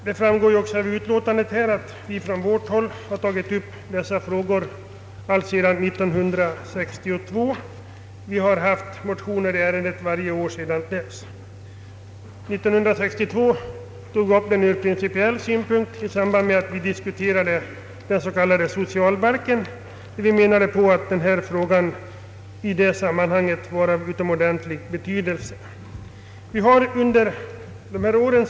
Som framgår av utskottsutlåtandet har vi från vårt håll tagit upp denna fråga alltsedan 1962. Den gången tog vi upp principiella synpunkter i samband med diskussionen om den s.k. socialbalken, då vi ansåg att den här frågan var av utomordentlig betydelse i sammanhanget.